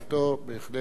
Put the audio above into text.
בהחלט הדבר